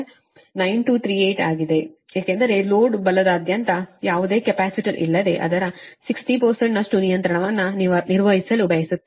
9238 ಆಗಿದೆ ಏಕೆಂದರೆ ಲೋಡ್ ಬಲದಾದ್ಯಂತ ಯಾವುದೇ ಕೆಪಾಸಿಟರ್ ಇಲ್ಲದೆ ಅದರ 60 ನಷ್ಟು ನಿಯಂತ್ರಣವನ್ನು ನಿರ್ವಹಿಸಲು ಬಯಸುತ್ತೀರಿ